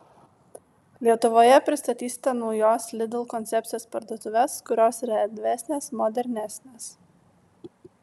lietuvoje pristatysite naujos lidl koncepcijos parduotuves kurios yra erdvesnės modernesnės